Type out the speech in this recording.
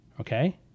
Okay